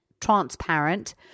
transparent